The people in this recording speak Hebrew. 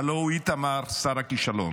הלוא הוא איתמר, שר הכישלון.